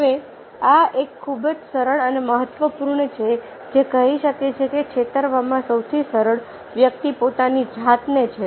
હવે આ એક ખૂબ જ સરળ અને મહત્વપૂર્ણ છે જે કહી શકે છે કે છેતરવામાં સૌથી સરળ વ્યક્તિ પોતાની જાતને છે